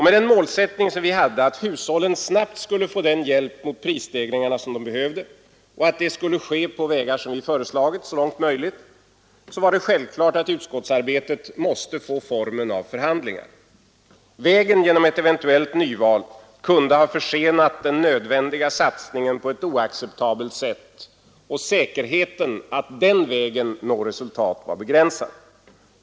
Med den målsättning vi hade — att hushållen snabbt skulle få den hjälp mot prisstegringarna som de behövde och att detta så långt möjligt skulle ske på de vägar vi föreslagit — var det självklart att utskottsarbetet måste få formen av förhandlingar. Vägen genom ett eventuellt nyval kunde på ett oacceptabelt sätt ha försenat den nödvändiga satsningen, och säkerheten att den vägen nå resultat var begränsad.